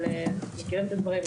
אבל אנחנו מכירים את הדברים,